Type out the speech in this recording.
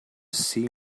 see